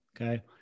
okay